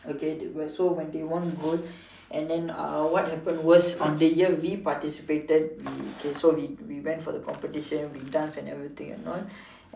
okay they do when they won gold and then uh what happened was on the year we participated we okay so we we went for the competition danced and everything and all